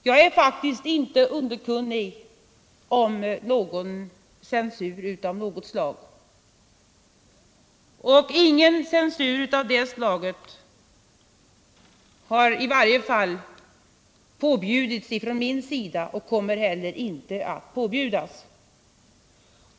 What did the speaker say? Jag är faktiskt inte underkunnig om någon censur här, och någon censur av detta slag har i varje fall inte påbjudits från min sida och kommer heller inte att påbjudas.